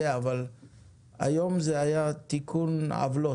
היום זה היה תיקון עוולות.